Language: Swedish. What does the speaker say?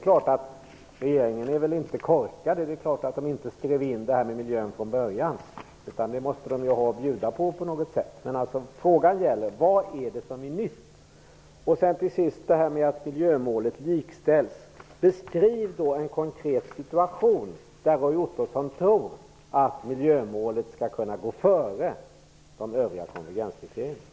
Naturligtvis är regeringen inte korkad - det är klart att den inte skrev in det här med miljön från början, det måste den ju på något sätt ha att kunna bjuda på. Men frågan gäller: Vad är det som är nytt? Till sist vill jag, angående det här med att miljömålet likställs, be Roy Ottosson beskriva en konkret situation där han tror att miljömålet skall kunna gå före de övriga konvergenskriterierna.